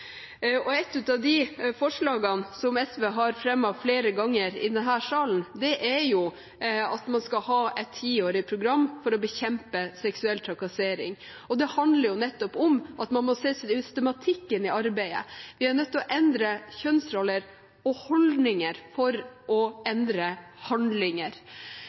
Et av de forslagene SV har fremmet flere ganger i denne salen, er at man skal ha et tiårig program for å bekjempe seksuell trakassering. Det handler nettopp om at man må se systematikken i arbeidet. Vi er nødt til å endre kjønnsroller og holdninger for å endre handlinger.